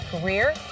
career